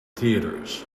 theatres